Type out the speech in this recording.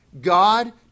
God